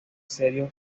serio